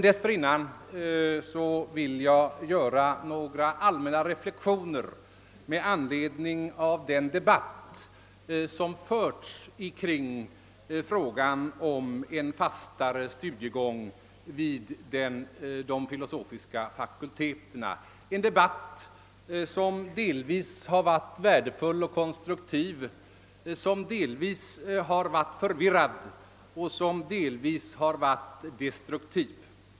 Dessförinnan vill jag dock göra några allmänna reflexioner med anledning av den debatt som förts i frågan om en fastare studiegång vid de filosofiska fakulteterna. Det är en debatt som delvis har varit värdefull och konstruktiv, delvis förvirrad och delvis destruktiv.